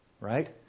right